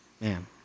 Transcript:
man